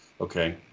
okay